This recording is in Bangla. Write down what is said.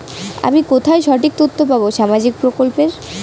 আমি কোথায় সঠিক তথ্য পাবো সামাজিক প্রকল্পের?